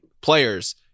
players